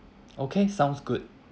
okay sounds good